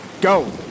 Go